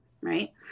right